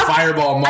Fireball